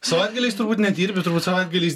savaitgaliais turbūt nedirbi turbūt savaitgaliais